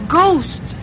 ghost